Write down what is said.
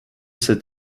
set